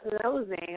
closing